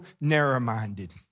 narrow-minded